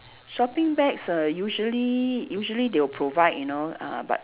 shopping bags ah usually usually they will provide you know uh but